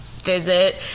visit